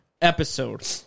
episode